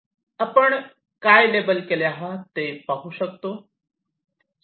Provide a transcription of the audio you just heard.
आपण काय लेबल केले आहेत ते पाहू शकतात